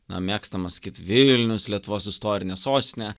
na mėgstama sakyt vilnius lietuvos istorinė sostinė